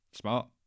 Smart